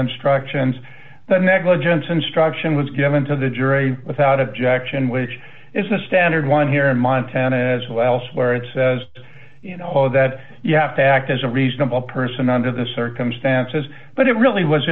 instructions that negligence instruction was given to the jury without objection which is the standard one here in montana as well elsewhere it says you know that you have to act as a reasonable person under the circumstances but it really was